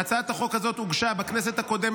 ההצעה אושרה, 31 בעד,